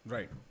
Right